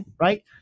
right